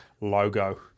logo